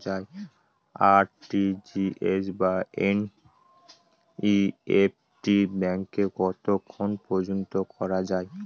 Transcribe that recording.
RTGS বা NEFT ব্যাংকে কতক্ষণ পর্যন্ত করা যায়?